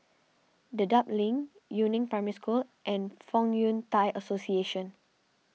Dedap Link Yu Neng Primary School and Fong Yun Thai Association